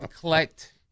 collect